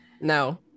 No